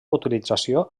utilització